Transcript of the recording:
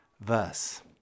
verse